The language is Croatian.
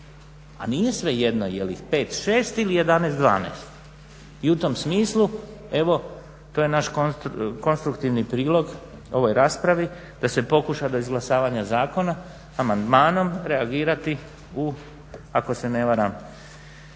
A nije svejedno je li ih 5, 6 ili 11, 12. I u tom smislu evo to je naš konstruktivni prilog ovoj raspravi da se pokuša do izglasavanja zakona amandmanom reagirati u ako se ne varam